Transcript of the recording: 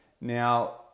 Now